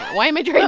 why am i trying